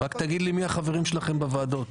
רק תגיד לי מי החברים שלכם בוועדות.